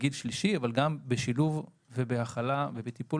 גיל שלישי אבל גם בשילוב ובהכלה ובטיפול